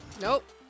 Nope